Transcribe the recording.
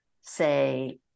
say